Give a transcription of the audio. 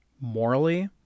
morally